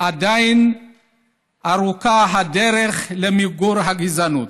עדיין ארוכה הדרך למיגור הגזענות.